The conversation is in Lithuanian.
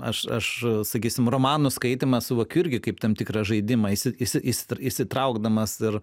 aš aš sakysim romanų skaitymą suvokiu irgi kaip tam tikrą žaidimą įsitraukdamas ir